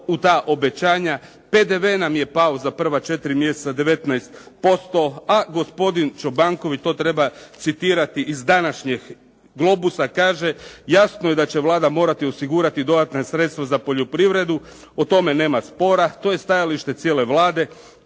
u ta obećanja. PDV nam je pao za prva 4 mjeseca 19%, a gospodin Čobanković to treba citirati iz današnjeg Globusa, kaže, jasno je da će Vlada morati osigurati dodatna sredstva za poljoprivredu, o tome nema spora. To je stajalište cijele Vlade,